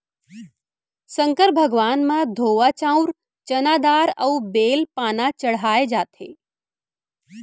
संकर भगवान म धोवा चाउंर, चना दार अउ बेल पाना चड़हाए जाथे